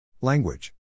Language